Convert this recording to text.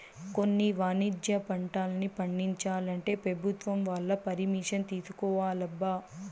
కొన్ని వాణిజ్య పంటల్ని పండించాలంటే పెభుత్వం వాళ్ళ పరిమిషన్ తీసుకోవాలబ్బా